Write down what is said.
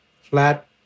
flat